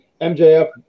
MJF